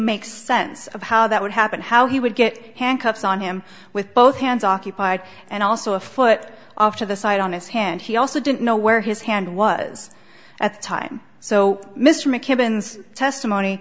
make sense of how that would happen how he would get handcuffs on him with both hands occupied and also a foot off to the side on his hand he also didn't know where his hand was at the time so mr mckibben testimony